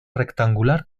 rectangular